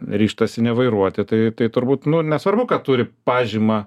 ryžtasi nevairuoti tai tai turbūt nu nesvarbu kad turi pažymą